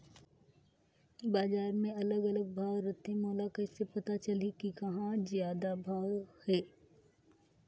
बजार मे अलग अलग भाव रथे, मोला कइसे पता चलही कि कहां जादा भाव हे?